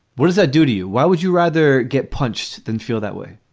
what does that do to you? why would you rather get punched than feel that way?